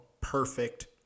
perfect